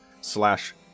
slash